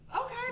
Okay